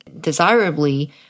desirably